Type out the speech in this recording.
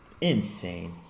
Insane